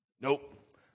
Nope